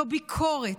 זה ביקורת,